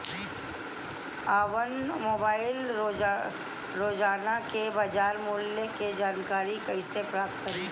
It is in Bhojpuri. आपन मोबाइल रोजना के बाजार मुल्य के जानकारी कइसे प्राप्त करी?